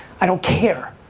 i don't care.